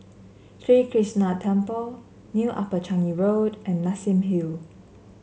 Sri Krishnan Temple New Upper Changi Road and Nassim Hill